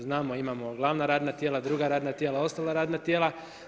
Znamo imamo glavna radna tijela, druga radna tijela, ostala radna tijela.